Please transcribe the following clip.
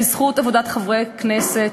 בזכות עבודת חברי כנסת,